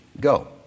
go